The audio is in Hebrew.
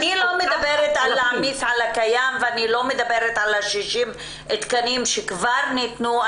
אני לא מדברת להעמיס על הקיים ואני לא מדברת על 60 התקנים שכבר ניתנו.